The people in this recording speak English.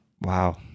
Wow